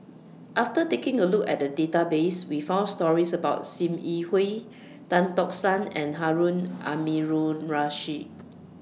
after taking A Look At The Database We found stories about SIM Yi Hui Tan Tock San and Harun Aminurrashid